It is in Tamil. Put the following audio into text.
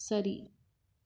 சரி